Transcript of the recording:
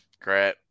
Great